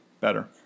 better